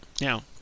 Now